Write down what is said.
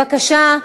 בבקשה,